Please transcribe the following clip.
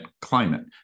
climate